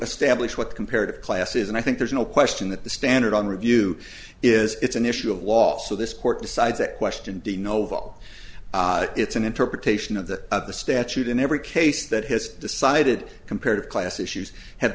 establish with comparative classes and i think there's no question that the standard on review is it's an issue of law so this court decides that question de novo it's an interpretation of the of the statute in every case that has decided compared class issues have